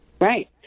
Right